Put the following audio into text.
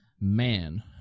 man